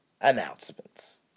announcements